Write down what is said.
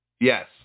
Yes